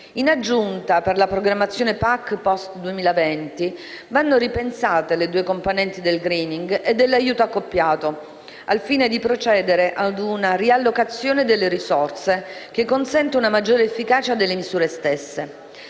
In aggiunta, per la programmazione PAC *post* 2020, vanno ripensate le due componenti del *greening* e dell'aiuto accoppiato, al fine di procedere a una riallocazione delle risorse che consenta una maggiore efficacia delle misure stesse.